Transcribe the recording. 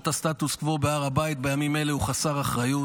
את הסטטוס קוו בהר הבית בימים האלה הוא חסר אחריות.